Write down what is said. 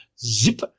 zip